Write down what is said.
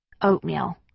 Oatmeal